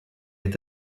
est